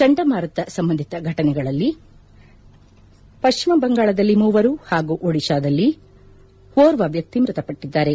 ಚಂಡಮಾರುತ ಸಂಬಂಧಿತ ಘಟನೆಗಳಲ್ಲಿ ಪಶ್ಲಿಮ ಬಂಗಾಳದಲ್ಲಿ ಮೂವರು ಹಾಗೂ ಒಡಿತಾದಲ್ಲಿ ಓರ್ವ ವ್ಯಕ್ತಿ ಮೃತಪಟ್ಟಿದ್ದಾರೆ